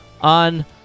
on